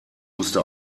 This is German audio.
musste